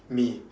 me